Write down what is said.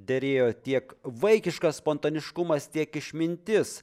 derėjo tiek vaikiškas spontaniškumas tiek išmintis